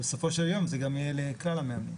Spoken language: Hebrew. בסופו של דבר, זה יהיה לכלל המאמנים.